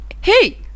Hey